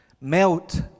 melt